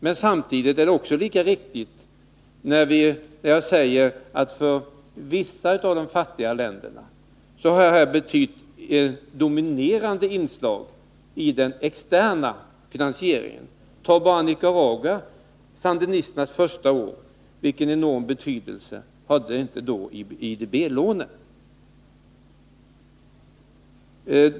Men samtidigt är det lika riktigt att framhålla att det här för vissa av de fattigare länderna har betytt ett dominerande inslag i den externa finansieringen. Ta bara Nicaragua under sandinisternas första år. Vilken enorm betydelse hade inte då IDB-lånen!